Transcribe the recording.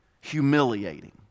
humiliating